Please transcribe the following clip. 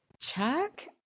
Chuck